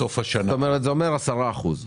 כ-10%.